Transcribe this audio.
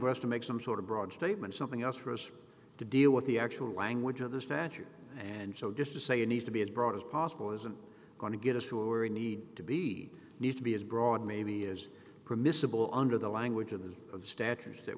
for us to make some sort of broad statement something else for us to deal with the actual language of the statute and so just to say you need to be as broad as possible isn't going to get us to or need to be need to be as broad maybe is permissible under the language of the of statutes that